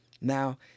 Now